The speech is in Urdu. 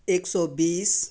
ایک سو بیس